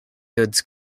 goods